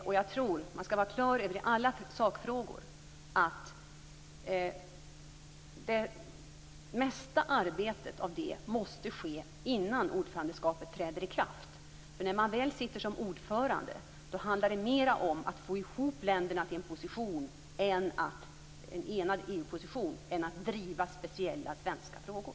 Man skall i alla sakfrågor vara klar över att det mesta av det arbetet måste ske innan ordförandeskapet träder i kraft, för när man väl sitter som ordförande handlar det mer om att få ihop länderna till en enad EU-position än om att driva speciella svenska frågor.